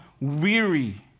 weary